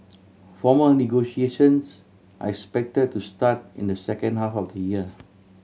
formal negotiations are expected to start in the second half of the year